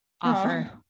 offer